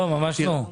לא, ממש לא.